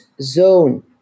zone